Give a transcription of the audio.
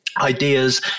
ideas